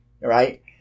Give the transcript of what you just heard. Right